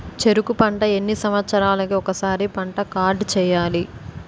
చెరుకు పంట ఎన్ని సంవత్సరాలకి ఒక్కసారి పంట కార్డ్ చెయ్యాలి?